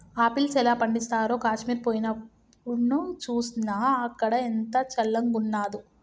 apples ఎలా పండిస్తారో కాశ్మీర్ పోయినప్డు చూస్నా, అక్కడ ఎంత చల్లంగున్నాదో